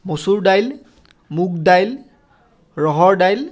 মচুৰ দাইল মুগ দাইল ৰহৰ দাইল